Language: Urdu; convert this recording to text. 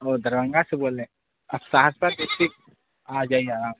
او دربھنگہ سے بول رہے ہیں اور سہرسہ ڈسٹک آ جائیے آپ